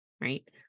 right